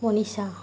Manisha